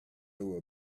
were